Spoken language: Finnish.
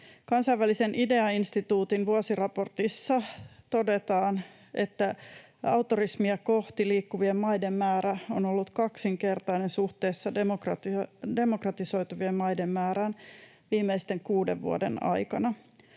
Kansainvälisen IDEA-instituutin vuosiraportissa todetaan, että autoritarismia kohti liikkuvien maiden määrä on ollut kaksinkertainen suhteessa demokratisoituvien maiden määrään viimeisten kuuden vuoden aikana.